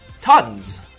tons